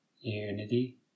unity